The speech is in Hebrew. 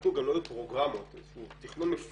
שנבדקו גם לא היו פרוגראמות איזשהו תכנון מפורט